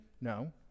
No